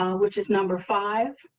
um which is number five.